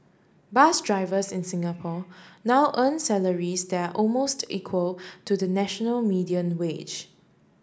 bus drivers in Singapore now earn salaries that are almost equal to the national median wage